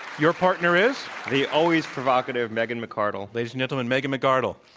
your partner is? the always provocative megan mcardle. ladies and gentlemen, megan mcardle.